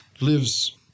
Lives